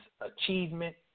Achievement